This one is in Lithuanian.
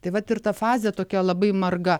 taip pat ir ta fazė tokia labai marga